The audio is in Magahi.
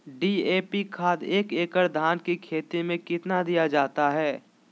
डी.ए.पी खाद एक एकड़ धान की खेती में कितना दीया जाता है?